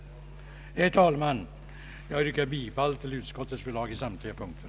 Herr talman! Jag yrkar bifall till utskottets hemställan på samtliga punkter.